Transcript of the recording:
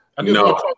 No